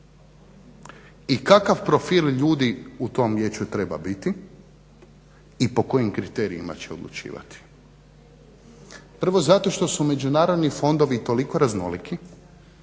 i kakav profil ljudi u tom vijeću treba biti i po kojim kriterijima će odlučivati. Prvo, zato što su međunarodni fondovi toliko raznoliki